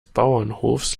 bauernhofes